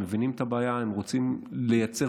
הם מבינים את הבעיה והם רוצים לייצר